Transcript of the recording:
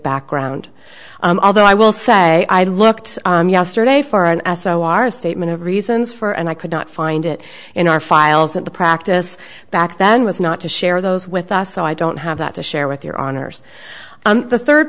background although i will say i looked yesterday for an ass statement of reasons for and i could not find it in our files at the practice back then was not to share those with us so i don't have that to share with your honor's the third